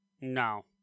No